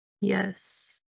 Yes